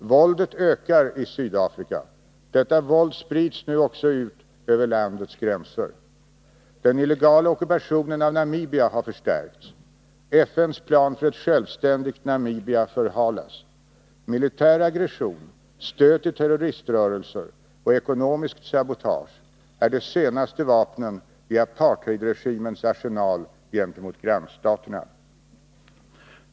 Våldet ökar i Sydafrika. Detta våld sprids nu också ut över landets gränser. Den illegala ockupationen av Namibia har förstärkts. FN:s plan för ett självständigt Namibia förhalas. Militär aggression, stöd till terroriströrelser och ekonomiskt sabotage är de senaste vapnen i apartheidregimens arsenal gentemot grannstaterna.